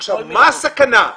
מה הסכנה?